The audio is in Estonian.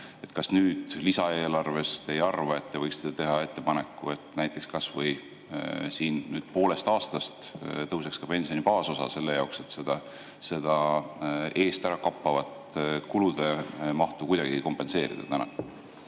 Kas nüüd lisaeelarve [puhul] te ei arva, et võiksite teha ettepaneku, et näiteks kas või poolest aastast tõuseks pensioni baasosa selle jaoks, et seda eest ära kappavat kulude mahtu kuidagi kompenseerida?